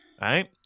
Right